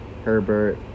Herbert